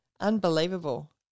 Unbelievable